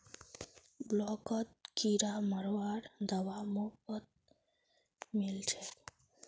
ब्लॉकत किरा मरवार दवा मुफ्तत मिल छेक